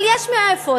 אבל יש מאיפה.